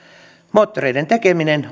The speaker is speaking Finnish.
moottoreiden tekeminen